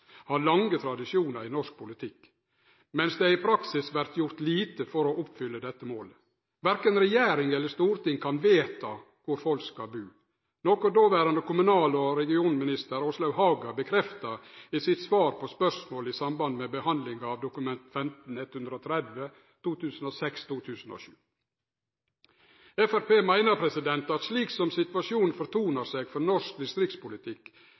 har lange tradisjonar i norsk politikk, mens det i praksis vert gjort lite for å oppfylle dette målet. Verken regjeringa eller Stortinget kan vedta kor folk skal bu, noko dåverande kommunal- og regionalminister Åslaug Haga bekrefta i sitt svar på spørsmål i Dokument 15:130 for 2006–2007. Framstegspartiet meiner at slik som situasjonen fortonar seg, har norsk distriktspolitikk